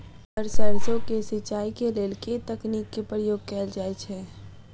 Sir सैरसो केँ सिचाई केँ लेल केँ तकनीक केँ प्रयोग कैल जाएँ छैय?